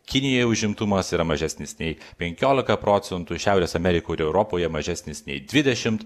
kinijoje užimtumas yra mažesnis nei penkiolika procentų šiaurės amerikoje ir europoje mažesnis nei dvidešimt